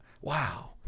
wow